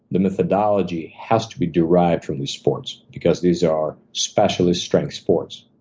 the methodology has to be derived from these sports, because these are specialist strength sports.